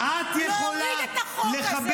לא משנה מי הם.